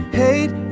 hate